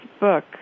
book